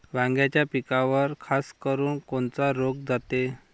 वांग्याच्या पिकावर खासकरुन कोनचा रोग जाते?